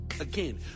Again